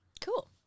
Cool